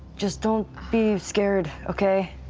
just don't be scared, okay?